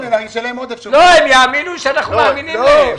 הם יחשבו שאנחנו מאמינים להם.